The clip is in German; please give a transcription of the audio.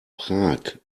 prag